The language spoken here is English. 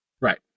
Right